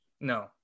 no